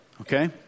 Okay